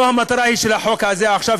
לא זו המטרה של החוק הזה עכשיו,